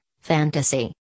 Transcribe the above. Fantasy